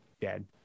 dead